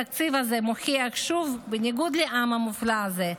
התקציב הזה מוכיח שוב שבניגוד לעם המופלא הזה,